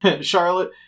Charlotte